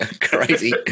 Crazy